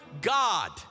God